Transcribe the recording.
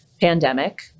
pandemic